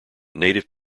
native